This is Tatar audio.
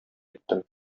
иттем